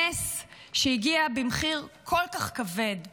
נס שהגיע במחיר כל כך כבד ומדמם.